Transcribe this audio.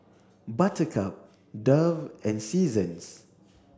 Buttercup Dove and Seasons